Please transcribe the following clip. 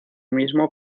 mismo